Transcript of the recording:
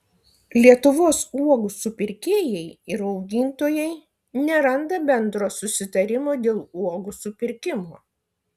lietuvos uogų supirkėjai ir augintojai neranda bendro susitarimo dėl uogų supirkimo